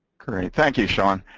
and thank you sean.